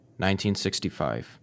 1965